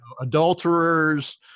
adulterers